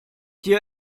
dir